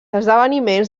esdeveniments